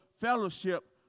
fellowship